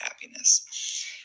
happiness